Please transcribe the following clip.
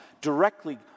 directly